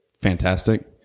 fantastic